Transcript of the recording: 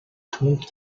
түүнд